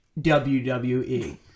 WWE